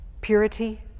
purity